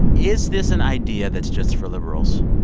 is this an idea that's just for liberals?